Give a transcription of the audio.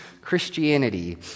Christianity